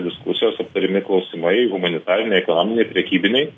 diskusijos aptariami klausimai humanitarinėj ekonominėj prekybinėj